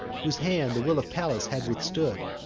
whose hand the will of pallas had withstood,